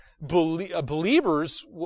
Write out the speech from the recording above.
believers